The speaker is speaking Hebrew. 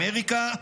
אמריקה,